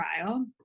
trial